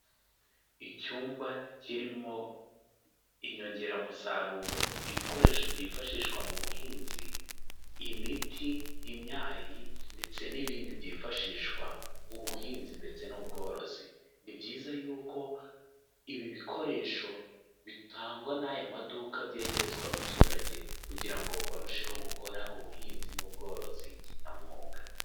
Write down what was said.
Icyumba kirimo inyongeramusaruro ibikoresho byifashishwa mu buhinzi, imiti, imyayi ndetse n'ibindi byifashishwa mu buhinzi ndetse n'ubworozi. Ni byiza yuko ibi bikoresho bitangwa n'aya maduka byegerezwa abaturage kugira ngo barusheho gukora ubuhinzi n'ubworozi kinyamwuga.